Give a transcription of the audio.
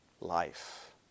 life